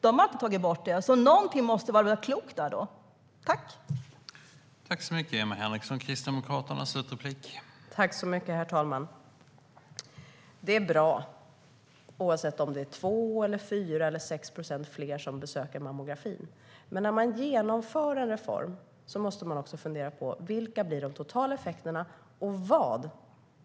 De har inte tagit bort det, så någonting måste väl vara rätt klokt med det här.